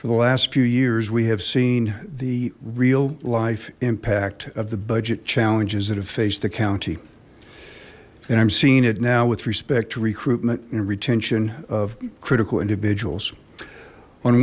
for the last few years we have seen the real life impact of the budget challenges that have faced the county and i'm seeing it now with respect to recruitment and retention of critical individuals on